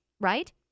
Right